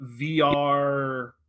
VR